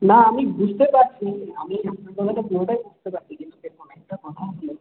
না আমি বুঝতে পারছি আমি আপনার কথাটা পুরোটাই বুঝতে পারছি কিন্তু দেখুন একটা কথা হলো